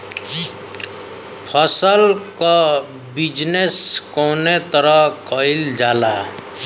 फसल क बिजनेस कउने तरह कईल जाला?